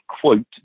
quote